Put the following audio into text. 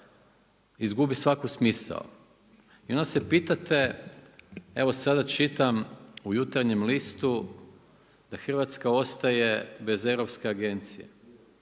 Izgubi svaku smisao. I onda se pitate, evo sada čitam u Jutarnjem listu da Hrvatska ostaje bez Europske agencije.